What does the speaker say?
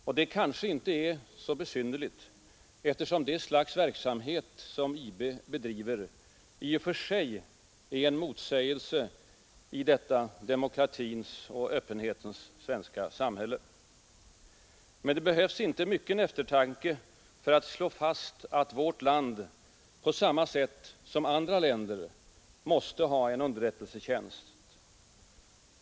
Och det är kanske inte så besynnerligt, eftersom det slags verksamhet som IB bedriver i och för sig är en motsägelse i detta demokratins och öppenhetens svenska samhälle. Men det behövs inte mycken eftertanke för att slå fast att vårt land, på samma sätt som andra länder, måste ha en underrättelsetjänst.